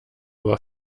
aber